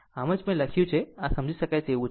આમ આમ જ મેં લખ્યું છે આમ સમજી શકાય તેવું